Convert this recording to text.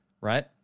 right